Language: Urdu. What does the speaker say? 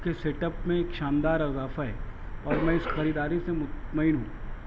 کے سیٹ اپ میں شاندار اضافہ ہے اور میں اس خریداری سے مطمئن ہوں